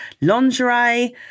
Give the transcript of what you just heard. lingerie